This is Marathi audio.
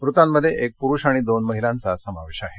मृतांमध्ये एक पुरुष व दोन महिलांचा समावेश आहे